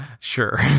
sure